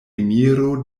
emiro